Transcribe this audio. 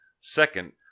Second